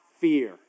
fear